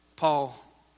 Paul